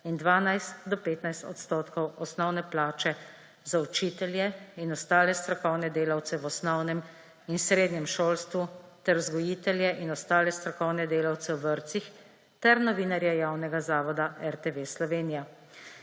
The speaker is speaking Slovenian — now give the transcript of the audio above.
in 12 do 15 odstotkov osnovne plače za učitelje in ostale strokovne delavce v osnovnem in srednjem šolstvu ter vzgojitelje in ostale strokovne delavce v vrtcih ter novinarje javnega zavoda RTV Slovenija.